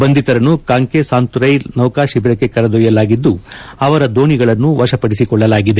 ಬಂಧಿತರನ್ನು ಕಾಂಕೇಸಾಂತುರೈ ನೌಕಾ ಶಿಬಿರಕ್ಕೆ ಕರೆದೊಯ್ಯಲಾಗಿದ್ದು ಅವರ ದೋಣಿಗಳನ್ನು ವಶಪಡಿಸಿಕೊಳ್ಳಲಾಗಿದೆ